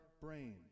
brain